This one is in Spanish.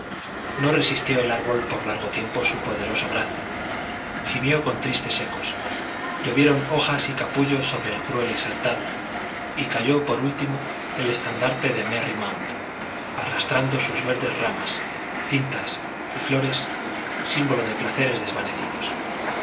no resistió el árbol por largo tiempo su poderoso brazo gimió con tristes ecos llovieron hojas y capullos sobre el cruel exaltado y cayó por último el estandarte de merry mount arrastrando sus verdes ramas cintas y flores símbolo de placeres desvanecidos